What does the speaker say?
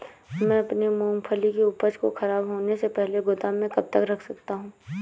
मैं अपनी मूँगफली की उपज को ख़राब होने से पहले गोदाम में कब तक रख सकता हूँ?